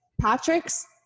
Patrick's